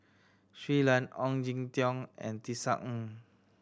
Shui Lan Ong Jin Teong and Tisa Ng